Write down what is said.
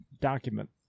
document